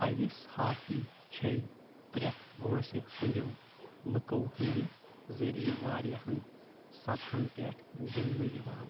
آیس hockey چھے پرٛٮ۪تھ وٲنٛسہِ ہٕنٛدٮ۪و لُکو ہٕنٛدِ ذٔریعہِ واریہن سطحن پٮ۪ٹھ گِنٛدنہٕ یوان